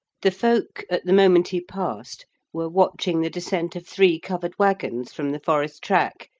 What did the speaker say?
the folk at the moment he passed were watching the descent of three covered waggons from the forest track,